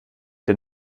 der